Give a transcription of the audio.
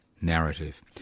narrative